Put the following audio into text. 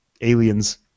aliens